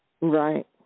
Right